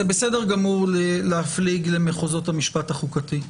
זה בסדר גמור להפליג למחוזות המשפט החוקתי.